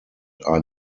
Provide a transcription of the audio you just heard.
are